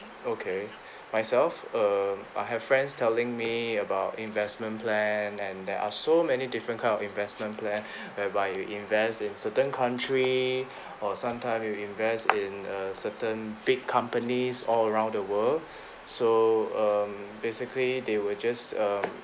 okay myself err I have friends telling me about investment plan and there are so many different kind of investment plan whereby you invest in certain country or sometime you invest in a certain big companies all around the world so um basically they will just um